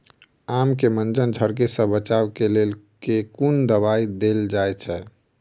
आम केँ मंजर झरके सऽ बचाब केँ लेल केँ कुन दवाई देल जाएँ छैय?